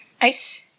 ice